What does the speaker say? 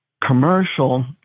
commercial